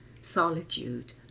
solitude